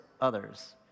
others